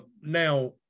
Now